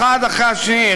אחד אחרי השני,